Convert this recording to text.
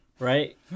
Right